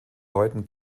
leuten